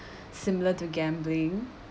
similar to gambling